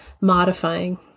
modifying